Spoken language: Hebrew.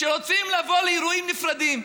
שרוצים לבוא לאירועים נפרדים.